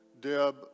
Deb